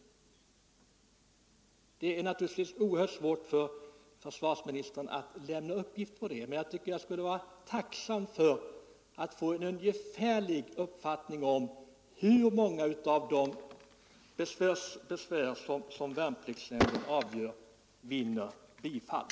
Det är naturligtvis oerhört svårt för försvarsministern att lämna besked om detta, men jag skulle vara tacksam för en ungefärlig uppgift om hur många av de av värnpliktsnämnden avgjorda besvärsärendena som vinner bifall.